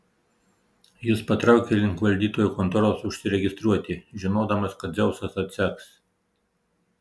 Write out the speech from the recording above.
jis patraukė link valdytojo kontoros užsiregistruoti žinodamas kad dzeusas atseks